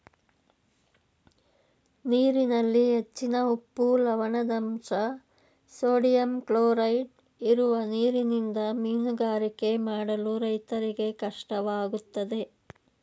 ನೀರಿನಲ್ಲಿ ಹೆಚ್ಚಿನ ಉಪ್ಪು, ಲವಣದಂಶ, ಸೋಡಿಯಂ ಕ್ಲೋರೈಡ್ ಇರುವ ನೀರಿನಿಂದ ಮೀನುಗಾರಿಕೆ ಮಾಡಲು ರೈತರಿಗೆ ಕಷ್ಟವಾಗುತ್ತದೆ